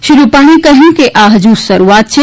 શ્રી રૂપાણીએ કહ્યું કે આ હજુ શરૂઆત છે